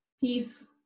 Peace